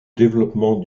développement